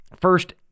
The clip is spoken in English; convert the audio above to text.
First